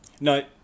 No